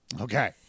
Okay